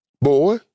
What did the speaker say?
Boy